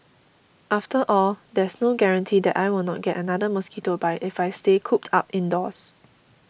after all there's no guarantee that I will not get another mosquito bite if I stay cooped up indoors